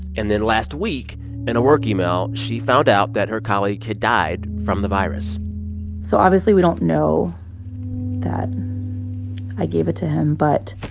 and then last week in a work email, she found out that her colleague had died from the virus so obviously, we don't know that i gave it to him, but